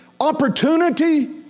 opportunity